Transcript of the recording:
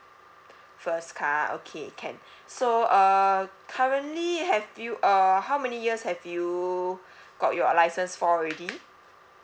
first car okay can so uh currently have you uh how many years have you got your license for already